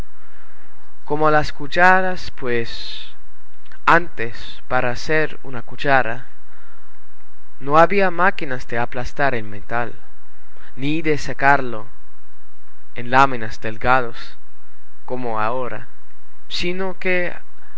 como las cucharas pues antes para hacer una cuchara no había máquinas de aplastar el metal ni de sacarlo en láminas delgadas como ahora sino que